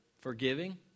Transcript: Forgiving